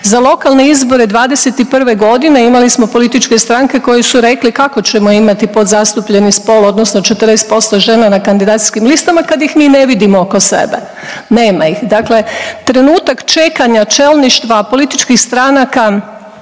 Za lokalne izbore '21.g. imali smo političke stranke koji su rekli kako ćemo imati podzastupljeni spol odnosno 40% žena na kandidacijskim listama kad ih ni ne vidimo oko sebe, nema ih. Dakle, trenutak čekanja čelništva političkih stranaka